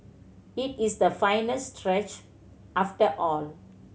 it is the final stretch after all